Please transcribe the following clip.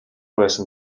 байсан